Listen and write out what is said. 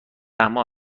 اما